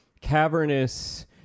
cavernous